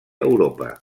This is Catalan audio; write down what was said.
europa